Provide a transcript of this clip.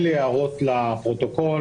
אין לי הערות לפרוטוקול.